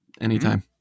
anytime